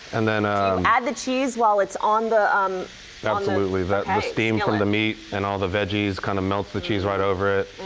and ah add the cheese while it's on the um absolutely. that's the steam from the meat and ah the vegetables kind of melts the cheese right over it.